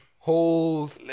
Hold